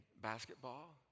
basketball